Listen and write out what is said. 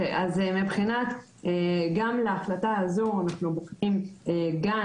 גם להחלטה הזו אנחנו בוחנים גאנט,